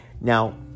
Now